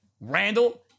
Randall